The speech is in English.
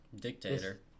dictator